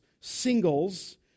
singles